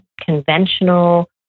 conventional